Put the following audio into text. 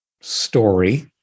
story